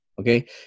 Okay